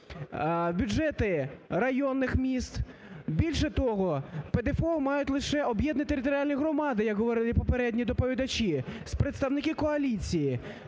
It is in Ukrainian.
бюджети районних міст. Більше того, ПДФО мають лише об'єднані територіальні громади, як говорили попередні доповідачі, представники коаліції.